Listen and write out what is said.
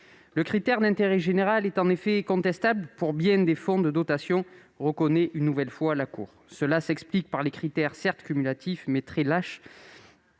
général. L'intérêt général est en effet contestable pour bien des fonds de dotation, reconnaît une nouvelle fois la Cour. Cela s'explique par les critères, certes cumulatifs, mais très lâches,